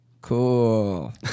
cool